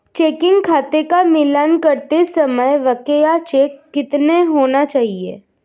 Checking खाते का मिलान करते समय बकाया चेक कितने होने चाहिए?